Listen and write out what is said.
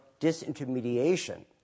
disintermediation